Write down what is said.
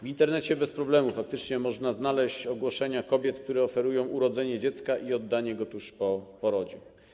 W Internecie bez problemu można znaleźć ogłoszenia kobiet, które oferują urodzenie dziecka i oddanie go tuż po porodzie.